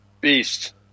Beast